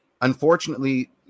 unfortunately